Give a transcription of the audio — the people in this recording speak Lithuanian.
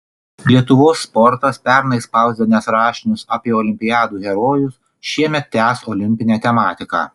lietuvos sportas pernai spausdinęs rašinius apie olimpiadų herojus šiemet tęs olimpinę tematiką